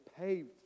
paved